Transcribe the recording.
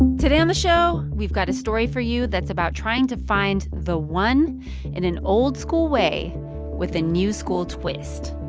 today on the show, we've got a story for you that's about trying to find the one in an old-school way with a new-school twist.